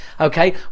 Okay